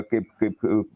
kaip kaip